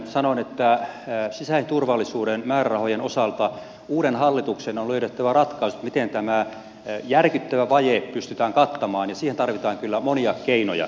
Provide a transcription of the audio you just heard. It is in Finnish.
sanoin että sisäisen turvallisuuden määrärahojen osalta uuden hallituksen on löydettävä ratkaisut miten tämä järkyttävä vaje pystytään kattamaan ja siihen tarvitaan kyllä monia keinoja